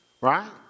right